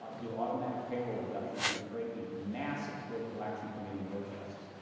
ah do automatic payroll deductions, and they create these massive political action committee war chests.